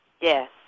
Yes